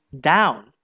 down